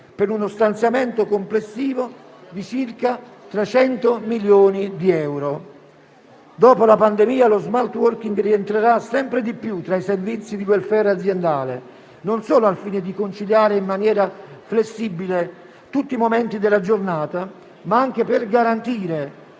per uno stanziamento complessivo di circa 300 milioni di euro. Dopo la pandemia lo *smart working* rientrerà sempre di più tra i servizi di *welfare* aziendale, non solo al fine di conciliare in maniera flessibile tutti i momenti della giornata, ma anche per garantire